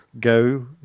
go